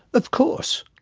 of course.